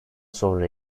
sonra